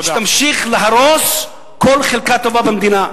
שתמשיך להרוס כל חלקה טובה במדינה.